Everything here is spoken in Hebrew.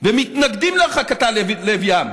ומתנגדים להרחקתה ללב ים,